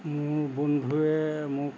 মোৰ বন্ধুৱে মোক